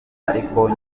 ariko